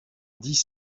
dix